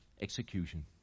execution